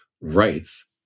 rights